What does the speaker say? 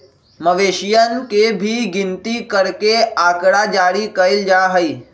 मवेशियन के भी गिनती करके आँकड़ा जारी कइल जा हई